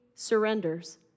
surrenders